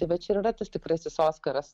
tai va čia ir yra tas tikrasis oskaras